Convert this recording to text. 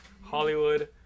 Hollywood